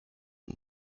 was